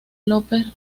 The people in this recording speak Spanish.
lópez